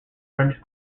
french